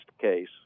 case